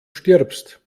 stirbst